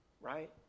right